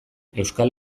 euskal